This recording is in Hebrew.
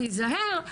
תזהר,